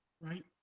Right